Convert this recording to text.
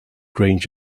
range